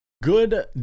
good